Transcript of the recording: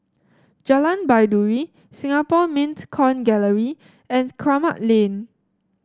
Jalan Baiduri Singapore Mint Coin Gallery and Kramat Lane